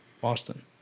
Boston